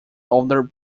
older